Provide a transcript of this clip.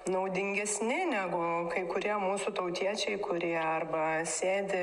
naudingesni negu kai kurie mūsų tautiečiai kurie arba sėdi